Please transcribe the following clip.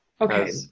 okay